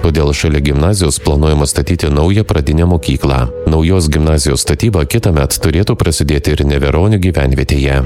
todėl šalia gimnazijos planuojama statyti naują pradinę mokyklą naujos gimnazijos statyba kitąmet turėtų prasidėti ir neveronių gyvenvietėje